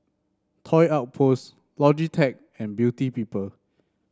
Toy Outpost Logitech and Beauty People